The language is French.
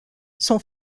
sont